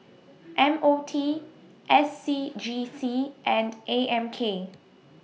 M O T S C G C and A M K